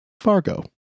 Fargo